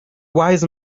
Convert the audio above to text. wise